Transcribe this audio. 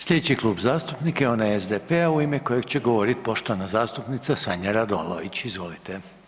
Slijedeći Klub zastupnika je onaj SDP-a u ime kojeg će govorit poštovana zastupnica Sanja Radolović, izvolite.